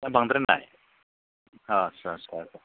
ना बांद्रायनाय अ आच्चा आच्चा आच्चा